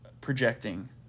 projecting